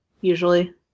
usually